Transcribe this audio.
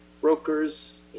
brokers